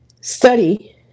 study